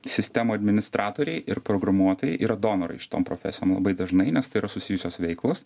sistemų administratoriai ir programuotojai yra donorai šitom profesijom labai dažnai nes tai yra susijusios veiklos